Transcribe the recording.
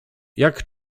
jak